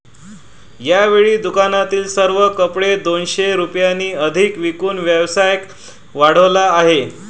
यावेळी दुकानातील सर्व कपडे दोनशे रुपयांनी अधिक विकून व्यवसाय वाढवला आहे